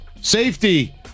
Safety